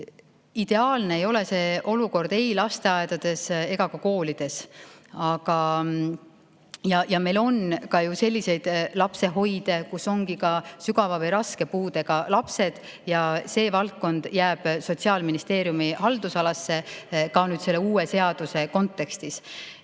Ideaalne ei ole see olukord ei lasteaedades ega ka koolides. Aga meil on ju ka selliseid lapsehoide, kus ongi ka sügava või raske puudega lapsed. See valdkond jääb Sotsiaalministeeriumi haldusalasse ka nüüd selle uue seaduse kontekstis.